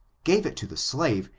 gave it to the slave,